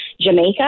Jamaica